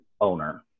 owner